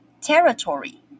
territory